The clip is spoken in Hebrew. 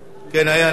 כן, היה אחד נגד.